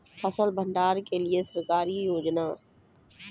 फसल भंडारण के लिए सरकार की योजना?